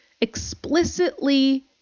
explicitly